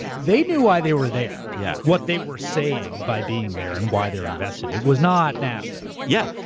they knew why they were there, yeah what they were saying by being there, and why they're invested. it was not nafta. yeah.